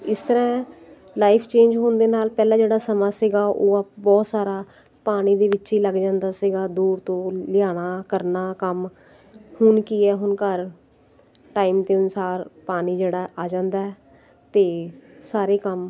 ਇਸ ਤਰ੍ਹਾਂ life change ਹੋਣ ਦੇ ਨਾਲ ਪਹਿਲਾਂ ਜਿਹੜਾ ਸਮਾਂ ਸੀਗਾ ਉਹ ਬਹੁਤ ਸਾਰਾ ਪਾਣੀ ਦੇ ਵਿੱਚ ਹੀ ਲੱਗ ਜਾਂਦਾ ਸੀਗਾ ਦੂਰ ਤੋਂ ਲਿਆਉਣਾ ਕਰਨਾ ਕੰਮ ਹੁਣ ਕੀ ਹੈ ਹੁਣ ਘਰ ਟਾਈਮ ਦੇ ਅਨੁਸਾਰ ਪਾਣੀ ਜਿਹੜਾ ਆ ਜਾਂਦਾ ਅਤੇ ਸਾਰੇ ਕੰਮ